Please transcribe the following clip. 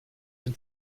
den